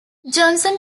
johnson